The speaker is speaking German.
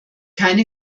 keine